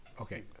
Okay